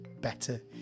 better